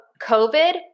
COVID